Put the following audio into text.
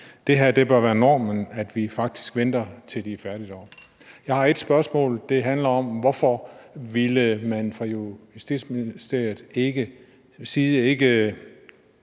det her bør være normen, altså at vi faktisk venter til, at de er færdige deroppe. Jeg har et spørgsmål. Det lyder: Hvorfor ville man fra Justitsministeriets side